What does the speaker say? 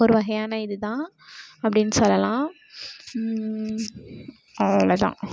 ஒரு வகையான இது தான் அப்படின்னு சொல்லலாம் அவ்ளவு தான்